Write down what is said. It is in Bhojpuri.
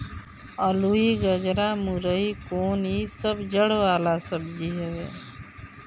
अलुई, गजरा, मूरइ कोन इ सब जड़ वाला सब्जी हवे